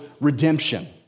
redemption